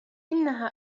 إنها